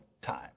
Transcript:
time